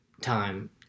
time